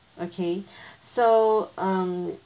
okay so um